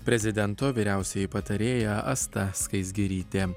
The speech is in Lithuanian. prezidento vyriausioji patarėja asta skaisgirytė